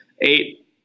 eight